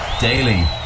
Daily